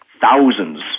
thousands